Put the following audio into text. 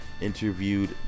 interviewed